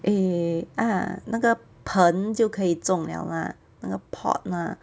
eh ah 那个盆就可以种了啦那个 pot lah